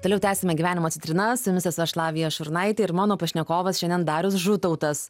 toliau tęsiame gyvenimo citrinas su jumis esu aš lavija šurlaitė ir mano pašnekovas šiandien darius žutautas